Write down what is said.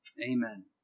Amen